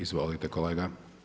Izvolite kolega.